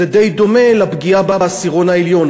זה די דומה לפגיעה בעשירון העליון,